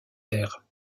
terres